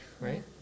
right